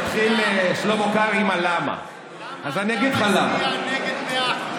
למה אתה מצביע נגד 100%?